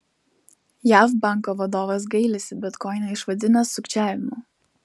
jav banko vadovas gailisi bitkoiną išvadinęs sukčiavimu